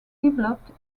developed